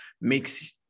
makes